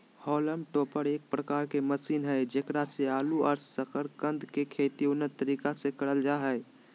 haulm topper एक प्रकार के मशीन हई जेकरा से आलू और सकरकंद के खेती उन्नत तकनीक से करल जा हई